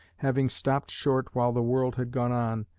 having stopt short while the world had gone on,